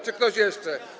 Czy ktoś jeszcze?